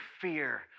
fear